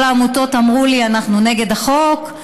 כל העמותות אמרו לי: אנחנו נגד החוק,